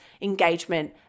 engagement